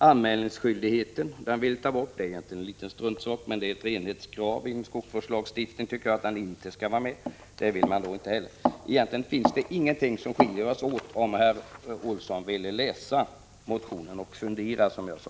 Anmälningsskyldigheten är egentligen en liten struntsak, men det är ett renlighetskrav att den bestämmelsen inte skall vara med i skogsvårdslagstiftningen. Egentligen finns det ingenting som skiljer oss åt; det skulle herr Olsson finna om han ville läsa motionen och, som jag sade, fundera.